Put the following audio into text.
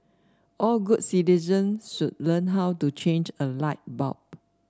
all good citizens should learn how to change a light bulb